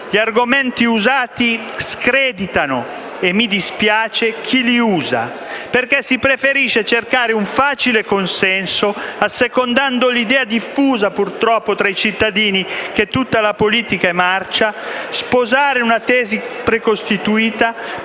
gli argomenti usati screditano - e mi dispiace - chi li usa, perché si preferisce cercare un facile consenso, assecondando l'idea purtroppo diffusa tra i cittadini che tutta la politica è marcia, e sposare una tesi precostituita,